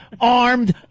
armed